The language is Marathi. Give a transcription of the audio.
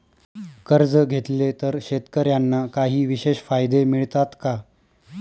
कर्ज घेतले तर शेतकऱ्यांना काही विशेष फायदे मिळतात का?